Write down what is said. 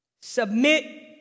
Submit